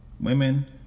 Women